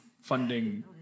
funding